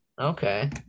okay